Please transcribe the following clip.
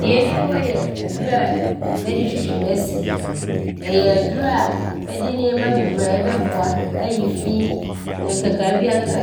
Deɛ ɔdi hɔ yɛ aduro a bɛde twitwi bɛ se. Ɔyɛ aduro a bɛde nnoɔma bebree a ɔbɛboa ayi fii ne nkekaeɛ biaa a akeka